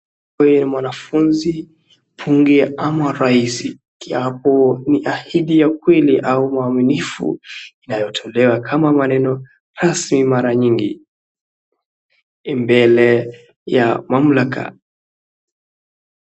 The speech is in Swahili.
Huyu ni mwanafunzi mbunge ama raisi, kiapo ni ahidi ya kweli au uaminifu inayotolewa kama maneno rasmi mara nyingi mbele ya mamlaka.